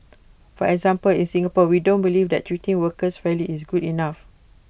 for example in Singapore we don't believe that treating workers fairly is good enough